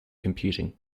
computing